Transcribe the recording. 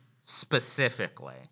specifically